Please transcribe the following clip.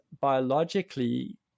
biologically